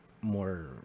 More